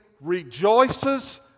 rejoices